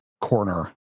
corner